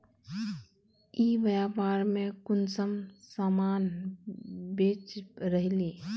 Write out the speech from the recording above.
ई व्यापार में कुंसम सामान बेच रहली?